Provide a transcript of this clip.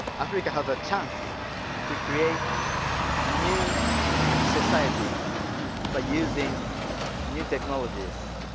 africa has a chance to create new society by using new technologies.